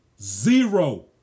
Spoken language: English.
Zero